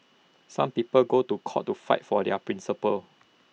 some people go to court to fight for their principles